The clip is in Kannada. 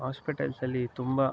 ಆಸ್ಪೆಟಲ್ಸಲ್ಲಿ ತುಂಬ